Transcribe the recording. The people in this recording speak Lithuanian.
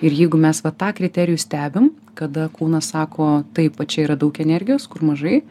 ir jeigu mes va tą kriterijų stebim kada kūnas sako taip va čia yra daug energijos kur mažai